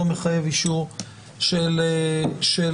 לא מחייב אישור של המליאה.